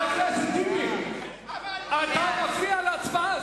חבר הכנסת טיבי, אתה מפריע להצבעה.